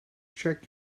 check